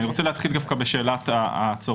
אני רוצה להתחיל דווקא בשאלת הצורך.